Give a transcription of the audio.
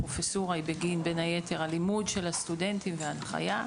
הפרופסורה היא בין היתר הלימוד של הסטודנטים וההנחיה.